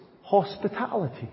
hospitality